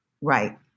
Right